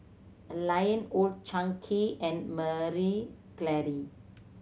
Lion Old Chang Kee and Marie Claire